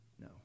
No